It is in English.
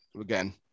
again